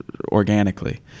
organically